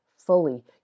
fully